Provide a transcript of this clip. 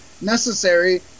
necessary